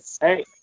Hey